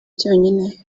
cyonyine